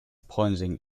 pointing